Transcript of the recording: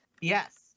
Yes